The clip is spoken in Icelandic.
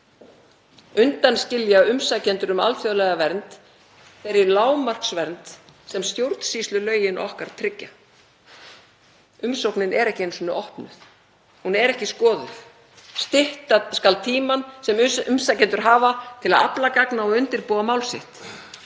undanskilja umsækjendur um alþjóðlega vernd þeirri lágmarksvernd sem stjórnsýslulögin okkar tryggja. Umsóknin er ekki einu sinni opnuð, hún er ekki skoðuð. Stytta skal tímann sem umsækjendur hafa til að afla gagna og undirbúa mál sitt.